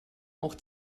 auch